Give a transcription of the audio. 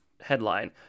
headline